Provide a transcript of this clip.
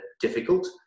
difficult